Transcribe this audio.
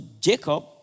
Jacob